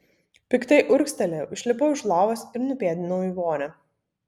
piktai urgztelėjau išlipau iš lovos ir nupėdinau į vonią